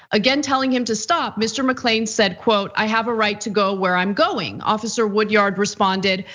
again telling him to stop, mr. mcclain said, quote, i have a right to go where i'm going. officer woodyard responded,